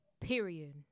Period